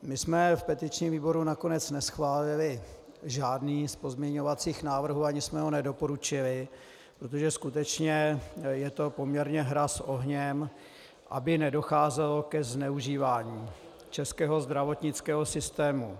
My jsme v petičním výboru nakonec neschválili žádný z pozměňovacích návrhů, ani jsme ho nedoporučili, protože skutečně je to poměrně hra s ohněm, aby nedocházelo ke zneužívání českého zdravotnického systému.